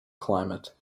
climate